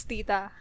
Tita